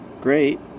great